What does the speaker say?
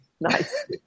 Nice